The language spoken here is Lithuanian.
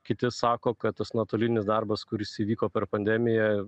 kiti sako kad tas nuotolinis darbas kuris įvyko per pandemiją